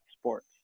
sports